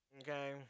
okay